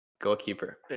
goalkeeper